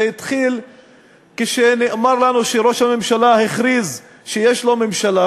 זה התחיל כשנאמר לנו שראש הממשלה הכריז שיש לו ממשלה,